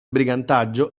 brigantaggio